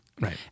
Right